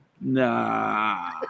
Nah